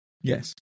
Yes